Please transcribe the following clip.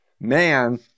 man